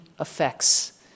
effects